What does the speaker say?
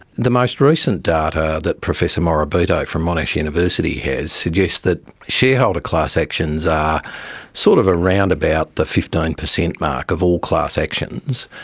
the most recent data that professor morabito from monash university has suggests that shareholder class actions are sort of around about the fifteen percent mark of all class actions.